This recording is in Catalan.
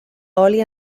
oli